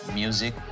music